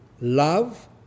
love